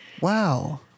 Wow